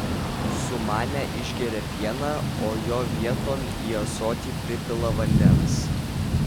sumanę išgeria pieną o jo vieton į ąsotį pripila vandens